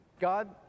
God